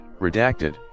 Redacted